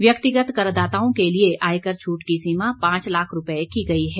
व्यक्तिगत करदाताओं के लिए आयकर छूट की सीमा पांच लाख रूपये की गई है